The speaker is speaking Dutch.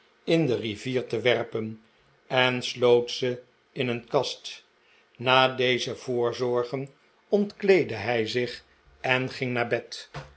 in de rivier te werpen en sloot ze in een kast na deze voorzorgen ontkleedde hij zich en ging naar bed